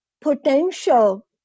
potential